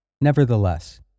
Nevertheless